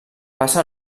passa